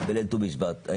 בליל ט"ו בשבט.